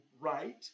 right